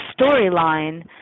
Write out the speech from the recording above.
storyline